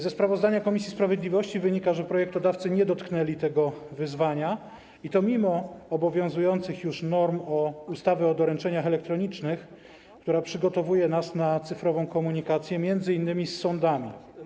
Ze sprawozdania komisji sprawiedliwości wynika, że projektodawcy nie dotknęli tego wyzwania, i to mimo już obowiązujących norm w ustawie o doręczeniach elektronicznych, która przygotowuje nas na cyfrową komunikację, m.in. z sądami.